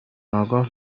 آگاه